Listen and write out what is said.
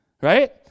Right